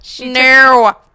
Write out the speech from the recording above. No